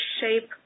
shape